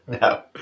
No